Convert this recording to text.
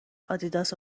آدیداس